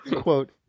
Quote